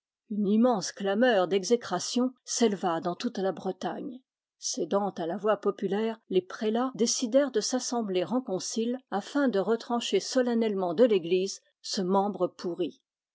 une immense clameur d'exécration s'éleva dans toute la bretagne cédant à la voix populaire les prélats décidèrent de s'assembler en concile afin de retrancher solennellement de l'iiglise ce membre pourri